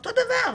- אותו דבר,